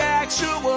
actual